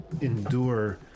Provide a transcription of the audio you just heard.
endure